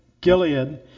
Gilead